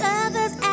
other's